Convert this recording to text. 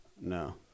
No